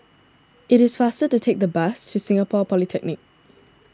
it is faster to take the bus to Singapore Polytechnic